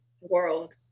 world